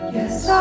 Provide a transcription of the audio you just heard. Yes